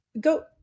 go